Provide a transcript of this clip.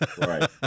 Right